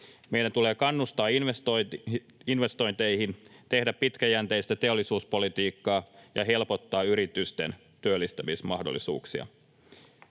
Meidän tulee kannustaa investointeihin, tehdä pitkäjänteistä teollisuuspolitiikkaa ja helpottaa yritysten työllistämismahdollisuuksia.